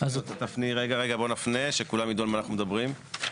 רגע בוא נפנה שכולם ידעו ע למה שאנחנו מדברים.